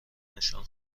نشان